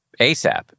ASAP